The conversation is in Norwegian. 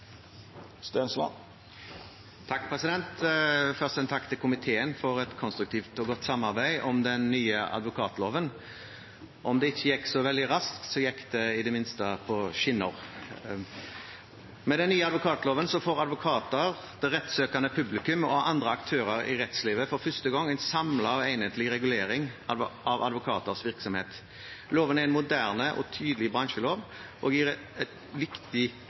en takk til komiteen for et konstruktivt og godt samarbeid om den nye advokatloven. Om det ikke gikk så veldig raskt, gikk det i det minste som på skinner. Med den nye advokatloven får advokater, det rettssøkende publikum og andre aktører i rettslivet for første gang en samlet og enhetlig regulering av advokaters virksomhet. Loven er en moderne og tydelig bransjelov, og gir et viktig